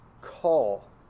call